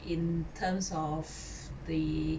in terms of the